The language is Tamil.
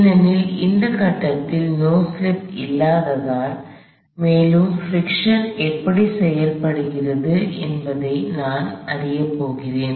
ஏனெனில் இந்த கட்டத்தில் நோ ஸ்லிப் இல்லாததால் மேலும் பிரிக்க்ஷன் எப்படி செயல்படுகிறது என்பதை நான் அறியப் போகிறேன்